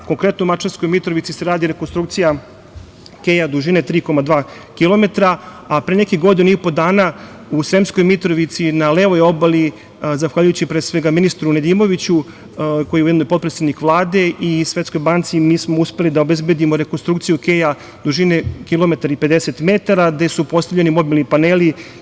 Konkretno, u Mačvanskoj Mitrovici se radi rekonstrukcija keja dužine 3,2 kilometra, a pre nekih godinu i po dana u Sremskoj Mitrovici, na levoj obali, zahvaljujući pre svega ministru Nedimoviću, koji je ujedno i potpredsednik Vlade, i Svetskoj banci, mi smo uspeli da obezbedimo rekonstrukciju keja dužine kilometar i 50 metara, gde su postavljeni mobilni paneli.